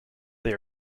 they